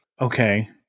Okay